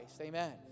Amen